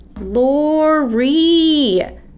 Lori